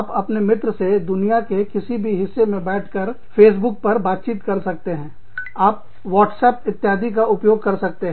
आप अपने मित्र से दुनिया के किसी भी हिस्से में बैठकर फेसबुक पर बातचीत कर सकते हैं आप व्हाट्सएप इत्यादि का उपयोग कर सकते हैं